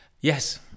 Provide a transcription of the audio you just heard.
Yes